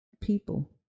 People